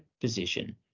position